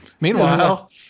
Meanwhile